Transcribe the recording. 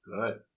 good